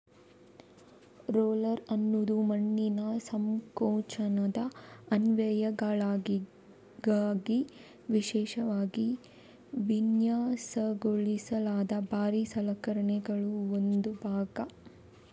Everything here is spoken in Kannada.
ರೋಲರ್ ಅನ್ನುದು ಮಣ್ಣಿನ ಸಂಕೋಚನದ ಅನ್ವಯಗಳಿಗಾಗಿ ವಿಶೇಷವಾಗಿ ವಿನ್ಯಾಸಗೊಳಿಸಲಾದ ಭಾರೀ ಸಲಕರಣೆಗಳ ಒಂದು ಭಾಗ